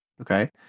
okay